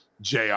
JR